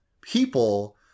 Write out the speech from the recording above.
people—